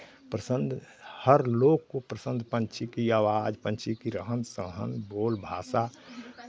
पसंद हर लोग को पसंद पंछी की आवाज पंछी की रहन सहन बोल भाषा